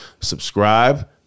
Subscribe